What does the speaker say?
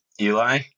Eli